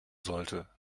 sollte